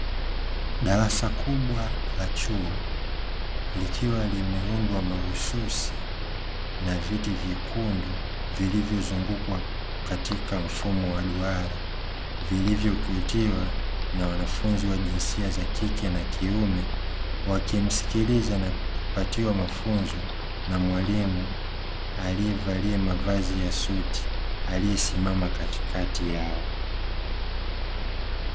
Darasa kubwa la chuo likiwa limeundwa mahususi na viti vyekundu vilivyozungukwa katika mfumo wa duara, vilivyoketiwa na wanafunzi wa jinsia za kike na kiume wakimsikiliza na kupatiwa mafunzo na mwalimu aliyevalia mavazi ya suti; aliyesimama katikati yao.